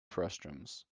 frustums